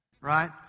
right